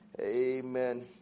amen